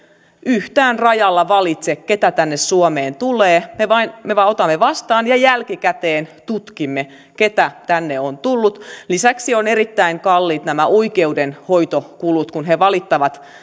yhtään rajalla valitse keitä tänne suomeen tulee me vain otamme vastaan ja jälkikäteen tutkimme keitä tänne on tullut lisäksi ovat erittäin kalliit nämä oikeudenhoitokulut kun he valittavat